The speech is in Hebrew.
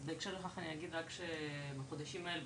אז בהקשר לכך אני אגיד רק שבחודשים האלו,